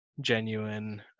genuine